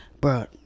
bro